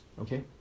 okay